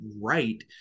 right